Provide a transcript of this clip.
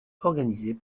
organisés